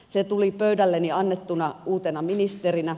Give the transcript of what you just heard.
se tuli pöydälleni annettuna uutena ministerinä